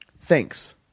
thanks